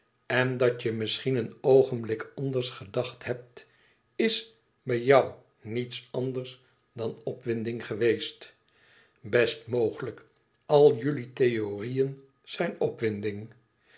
en dat je misschien een oogenblik anders gedacht hebt is bij jou niets anders dan opwinding geweest best mogelijk al jullie theorieën zijn opwinding